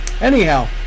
anyhow